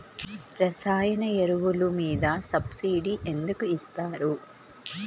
రసాయన ఎరువులు మీద సబ్సిడీ ఎందుకు ఇస్తారు?